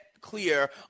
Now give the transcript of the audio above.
clear